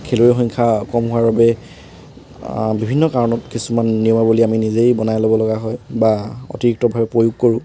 খেলুৱৈ সংখ্যা কম হোৱাৰ বাবে বিভিন্ন কাৰণত কিছুমান নিয়মাৱলী আমি নিজেই বনাই ল'ব লগা হয় বা অতিৰিক্তভাৱে প্ৰয়োগ কৰোঁ